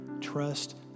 trust